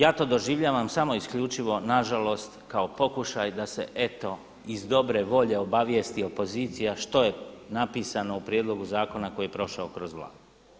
Ja to doživljavam samo isključivo nažalost kao pokušaj da se eto iz dobre volje obavijesti opozicija što je napisano u prijedlogu zakona koji je prošao kroz Vladu.